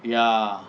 yeah